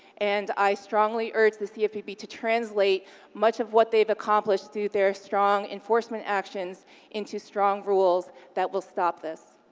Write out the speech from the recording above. and i strongly urge the cfpb to translate much of what they've accomplished through their strong enforcement actions into strong rules that will stop this.